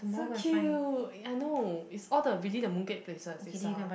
so cute I know it's all the really the mooncake places they sell